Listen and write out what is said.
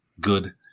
good